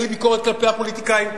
אין לי ביקורת כלפי הפוליטיקאים,